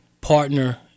partner